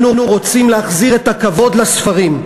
אנחנו רוצים להחזיר את הכבוד לספרים,